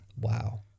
Wow